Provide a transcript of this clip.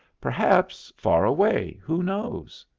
perhaps far away. who knows?